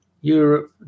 Europe